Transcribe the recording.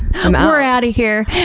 i'm out. we're outta here.